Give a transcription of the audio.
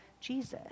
Jesus